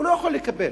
הוא לא יכול לקבל,